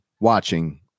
watching